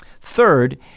Third